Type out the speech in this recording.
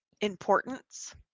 importance